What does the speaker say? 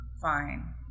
fine